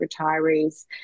retirees